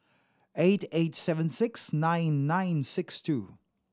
eight eight seven six nine nine six two